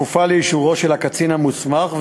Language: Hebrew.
כפופה לאישור של הקצין המוסמך,